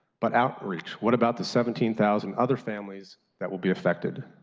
but outreach, what about the seventy thousand other families that will be affected?